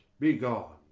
be gone.